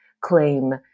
claim